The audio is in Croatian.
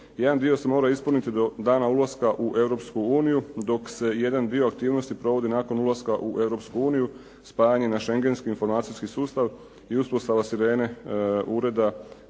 Jedan dio se mora ispuniti do dana ulaska u Europsku uniju dok se jedan dio aktivnosti provodi nakon ulaska u Europsku uniju, spajanje na schengenski informacijski sustav i uspostava sirene ureda za